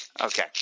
Okay